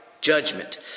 judgment